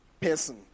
person